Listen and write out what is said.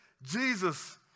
Jesus